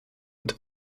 und